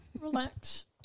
Relax